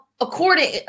according